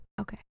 Okay